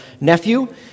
nephew